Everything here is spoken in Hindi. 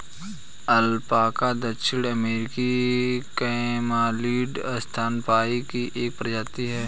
अल्पाका दक्षिण अमेरिकी कैमलिड स्तनपायी की एक प्रजाति है